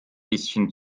bisschen